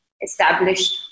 established